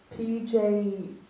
PJ